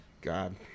God